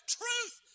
truth